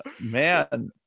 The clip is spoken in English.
man